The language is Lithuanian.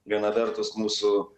viena vertus mūsų